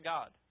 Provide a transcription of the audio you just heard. God